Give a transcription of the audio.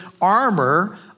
armor